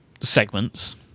segments